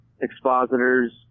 expositors